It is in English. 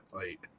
fight